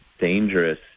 dangerous